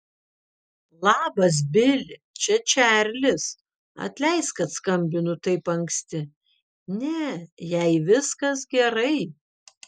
labas bili čia čarlis atleisk kad skambinu taip anksti ne jai viskas gerai